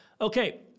Okay